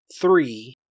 three